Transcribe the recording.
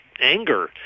anger